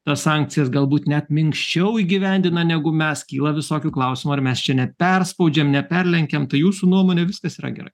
tas sankcijas galbūt net minkščiau įgyvendina negu mes kyla visokių klausimų ar mes čia neperspaudžiam neperlenkiam tai jūsų nuomone viskas yra gerai